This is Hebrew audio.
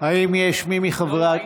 האם יש מי מחברי,